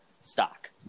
stock